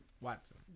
Watson